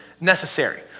necessary